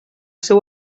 seu